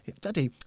daddy